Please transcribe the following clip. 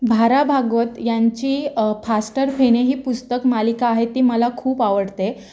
भा रा भागवत यांची फास्टर फेणे ही पुस्तक मालिका आहे ती मला खूप आवडते